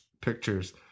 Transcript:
pictures